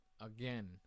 Again